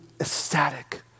ecstatic